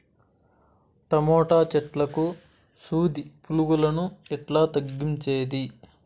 Tomato చెట్లకు సూది పులుగులను ఎట్లా తగ్గించేది?